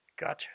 Gotcha